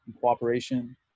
cooperation